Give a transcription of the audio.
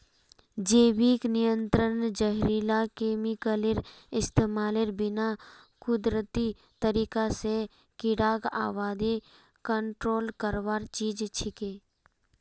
जैविक नियंत्रण जहरीला केमिकलेर इस्तमालेर बिना कुदरती तरीका स कीड़ार आबादी कंट्रोल करवार चीज छिके